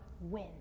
win